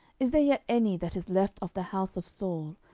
is there yet any that is left of the house of saul,